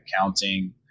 accounting